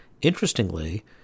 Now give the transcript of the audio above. Interestingly